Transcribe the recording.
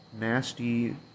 nasty